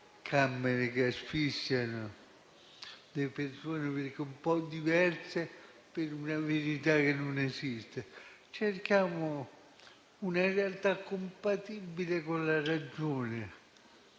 delle camere che asfissiano le persone, perché un po' diverse per una verità che non esiste. Cerchiamo una realtà compatibile con la ragione.